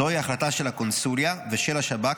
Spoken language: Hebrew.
זוהי החלטה של הקונסוליה ושל השב"כ